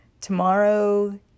Tomorrow